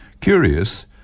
Curious